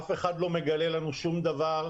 אף אחד לא מגלה לנו שום דבר,